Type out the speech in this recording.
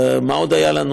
מה עוד היה לנו?